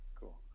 cool